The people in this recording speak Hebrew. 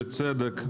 בצדק,